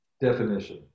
Definition